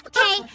Okay